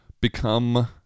become